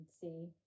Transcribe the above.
see